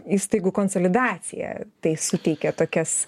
įstaigų konsolidacija tai suteikia tokias